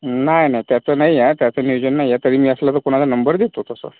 नाही नाही त्याचं नाही आहे त्याचं नियोजन नाही आहे तरी मी असलं तर कुणाला नंबर देतो तसं